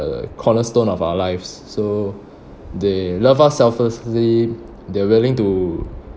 the cornerstone of our lives so they love us selflessly they're willing to